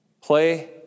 Play